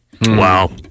Wow